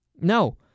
No